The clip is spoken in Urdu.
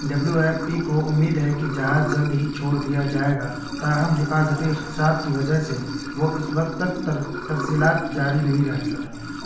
ڈبلیو ایف پی کو امید ہے کہ جہاز جلد ہی چھوڑ دیا جائے گا تا ہم حفاظتی خدشات کی وجہ سے وہ اس وقت تک تر ترسیلات جاری نہیں رکھ سکا